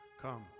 Come